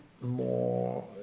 more